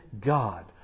God